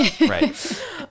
right